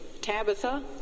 Tabitha